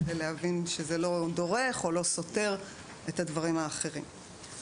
כדי להבין שזה לא סותר את הדברים האחרים.